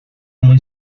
muy